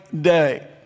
day